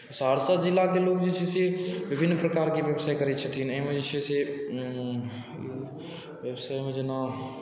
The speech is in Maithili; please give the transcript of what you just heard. सहरसा जिलाके लोक जे छै से विभिन्न प्रकारके बेवसाइ करै छथिन एहिमे जे छै से बेवसाइमे जेना